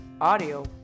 Audio